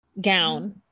gown